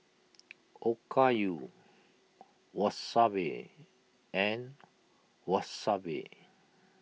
Okayu Wasabi and Wasabi